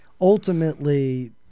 ultimately